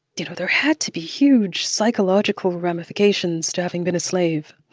you know, there had to be huge psychological ramifications to having been a slave,